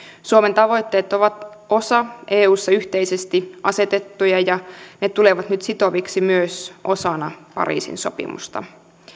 suomen tavoitteet ovat osa eussa yhteisesti asetettuja ja ne tulevat nyt sitoviksi myös osana pariisin sopimusta